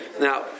Now